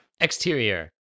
Exterior